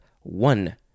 one